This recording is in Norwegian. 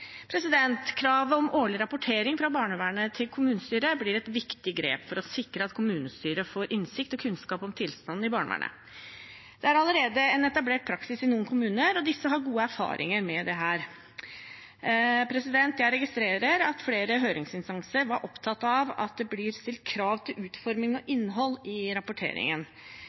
Kravet om årlig rapportering fra barnevernet til kommunestyret blir et viktig grep for å sikre at kommunestyret får innsikt og kunnskap om tilstanden i barnevernet. Det er allerede en etablert praksis i noen kommuner, og disse har gode erfaringer med dette. Jeg registrerer at flere høringsinstanser var opptatt av at det blir stilt krav til utforming av og innhold i rapporteringen.